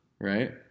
right